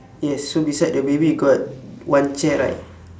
yes so beside the baby got one chair right